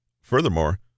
Furthermore